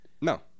No